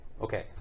okay